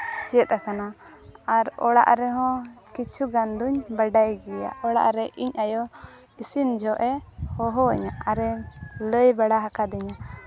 ᱪᱮᱫ ᱠᱟᱱᱟ ᱟᱨ ᱚᱲᱟᱜ ᱨᱮᱦᱚᱸ ᱠᱤᱪᱷᱩᱜᱟᱱ ᱫᱚᱧ ᱵᱟᱰᱟᱭ ᱜᱮᱭᱟ ᱚᱲᱟᱜ ᱨᱮ ᱤᱧ ᱟᱭᱳ ᱤᱥᱤᱱ ᱡᱚᱦᱚᱜᱼᱮ ᱦᱚᱦᱚᱣᱟᱹᱧᱟ ᱟᱨᱮ ᱞᱟᱹᱭ ᱵᱟᱲᱟ ᱟᱠᱟᱫᱤᱧᱟ